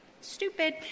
Stupid